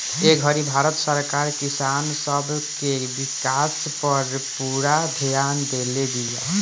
ए घड़ी भारत सरकार किसान सब के विकास पर पूरा ध्यान देले बिया